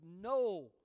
no